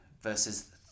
versus